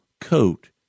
coat